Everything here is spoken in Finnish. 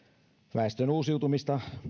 väestön uusiutumista